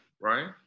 right